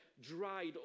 dried